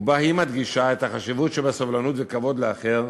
ובה היא מדגישה את החשיבות שבסובלנות וכבוד לאחר